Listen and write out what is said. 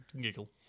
giggle